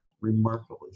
remarkably